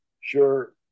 sure